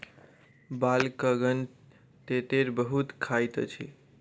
बालकगण तेतैर बहुत खाइत अछि